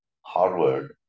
Harvard